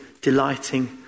delighting